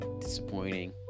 disappointing